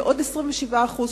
ועוד 27% שוקלים.